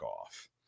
off